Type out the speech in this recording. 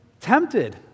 tempted